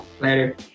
Later